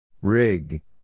Rig